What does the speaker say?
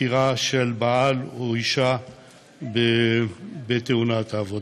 פטירה של בעל או אישה בתאונת עבודה.